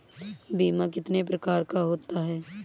बीमा कितने प्रकार का होता है?